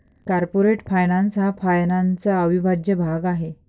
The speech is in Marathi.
कॉर्पोरेट फायनान्स हा फायनान्सचा अविभाज्य भाग आहे